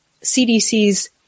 CDC's